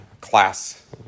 class